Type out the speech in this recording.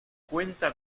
cuenta